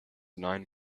nine